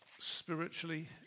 spiritually